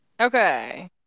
Okay